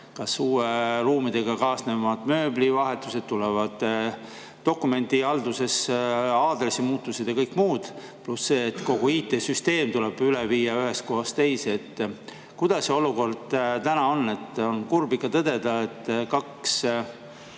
aga uute ruumidega kaasneb mööbli vahetamine, tulevad dokumendihalduses aadressimuutused ja kõik muu. Pluss see, et kogu IT-süsteem tuleb üle viia ühest kohast teise. Kuidas see olukord täna on? On ikka kurb tõdeda, et kaks